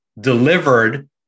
delivered